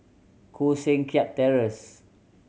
Koh Seng Kiat Terence